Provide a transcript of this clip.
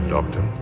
Doctor